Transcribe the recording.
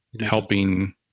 helping